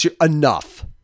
enough